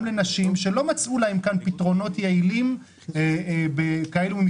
לא מצאו פתרונות יעילים לנשים שעובדות